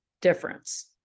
difference